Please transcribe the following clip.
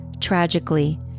tragically